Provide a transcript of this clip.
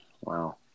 Wow